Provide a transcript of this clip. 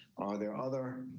there other